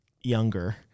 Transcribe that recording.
younger